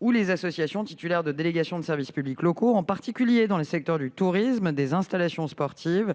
ou les associations titulaires de délégation de services publics locaux, en particulier dans les secteurs du tourisme, des installations sportives,